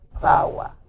power